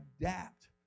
adapt